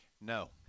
No